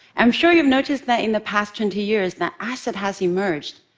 i'm sure you've noticed that in the past twenty years, that asset has emerged.